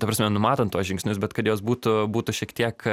ta prasme numatant tuos žingsnius bet kad jos būtų būtų šiek tiek